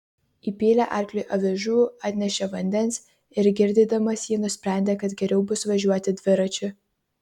įpylė arkliui avižų atnešė vandens ir girdydamas jį nusprendė kad geriau bus važiuoti dviračiu